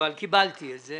אבל קיבלתי את זה